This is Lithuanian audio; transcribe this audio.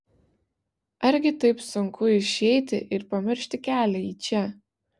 argi taip sunku išeiti ir pamiršti kelią į čia